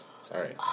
Sorry